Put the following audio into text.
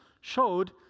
showed